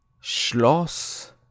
Schloss